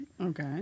Okay